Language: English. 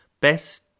best